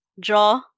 draw